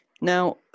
Now